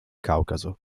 caucaso